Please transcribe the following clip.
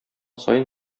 саен